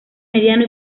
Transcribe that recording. mediano